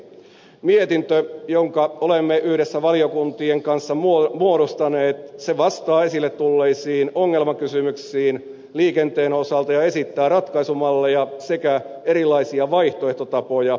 mietintö jonka olemme yhdessä valiokuntien kanssa muodostaneet vastaa esille tulleisiin ongelmakysymyksiin liikenteen osalta ja esittää ratkaisumalleja sekä erilaisia vaihtoehtotapoja